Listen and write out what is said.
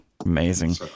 Amazing